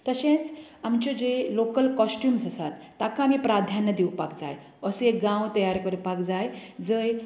तशेंच आमचे जे लाॅकल कोस्ट्युम्स आसात ताका आमी प्राधान्य दिवपाक जाय असो एक गांव तयार करपाक जाय जंय